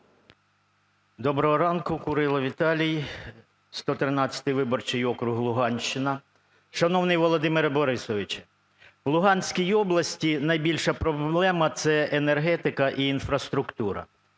Доброго ранку. Курило Віталій, 113 виборчий округ, Луганщина. Шановний Володимире Борисовичу! В Луганській області найбільша проблема – це енергетика і інфраструктура.